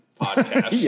podcast